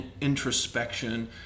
introspection